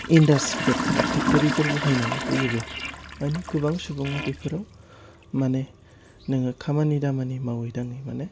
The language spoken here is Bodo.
इन्दास्थ्रिफोर बा फेक्टरिफोर बहायनानै होयोब्ला मानि गोबां सुबुङा बेफोराव मानि नोङो खामानि दामानि मावयै दाङै मानि